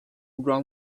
run